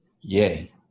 Yay